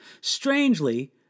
Strangely